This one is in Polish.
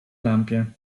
lampie